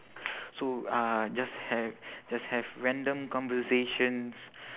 so uh just ha~ just have random conversations